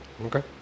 Okay